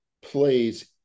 plays